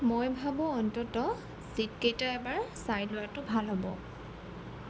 মই ভাবোঁ অন্ততঃ ছীটকেইটা এবাৰ চাই লোৱাটো ভাল হ'ব